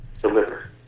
deliver